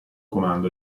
comando